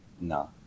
No